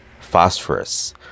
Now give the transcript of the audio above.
Phosphorus